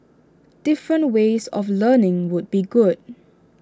different ways of learning would be good